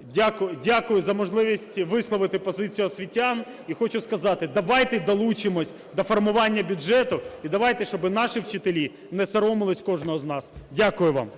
В.Є. Дякую. Дякую за можливість висловити позицію освітян. І хочу сказати, давайте долучимося до формування бюджету і давайте, щоби наші вчителі не соромилися кожного з нас. Дякую вам.